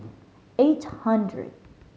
eight hundred